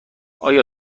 آیا